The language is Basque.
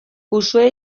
uxue